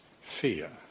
fear